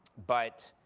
but